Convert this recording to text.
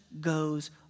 goes